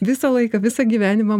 visą laiką visą gyvenimą